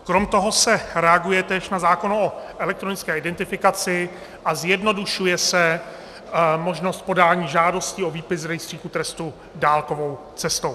Krom toho se reaguje též na zákon o elektronické identifikaci a zjednodušuje se možnost podání žádosti o výpis z rejstříku trestů dálkovou cestou.